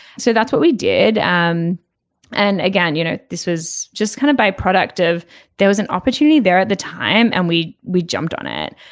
so that's what we did. um and again you know this was just kind of byproduct of there was an opportunity there at the time and we we jumped on it.